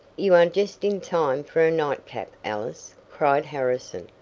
you are just in time for a night-cap, ellis, cried harrison,